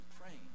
praying